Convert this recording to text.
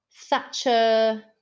Thatcher